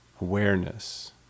awareness